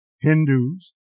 Hindus